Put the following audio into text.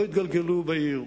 לא יתגלגלו בעיר.